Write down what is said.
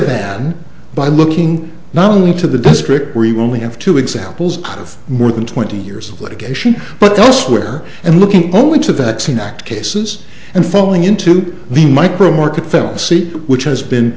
than by looking not only to the district we were only have two examples of more than twenty years of litigation but those were and looking only to that scene act cases and falling into the micro market fell seat which has been